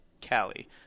Cali